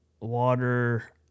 water